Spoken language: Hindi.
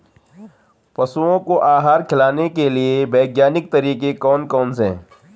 पशुओं को आहार खिलाने के लिए वैज्ञानिक तरीके कौन कौन से हैं?